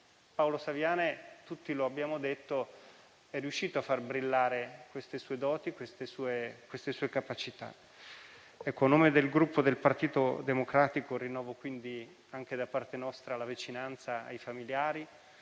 Paolo Saviane - tutti lo abbiamo detto - è riuscito a far brillare queste sue doti e queste sue capacità. A nome dunque del Gruppo Partito Democratico rinnovo quindi, anche da parte nostra, la vicinanza ai familiari,